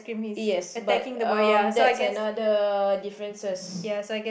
yes but um that's another differences